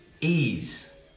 ease